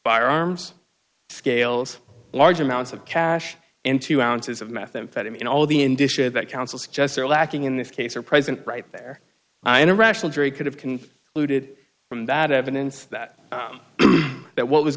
firearms scales large amounts of cash into ounces of methamphetamine all the in dishes that counsels just are lacking in this case are present right there in a rational jury could have can looted from that evidence that that what was